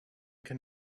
can